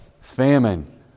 famine